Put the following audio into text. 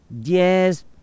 yes